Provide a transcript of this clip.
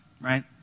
right